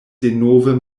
denove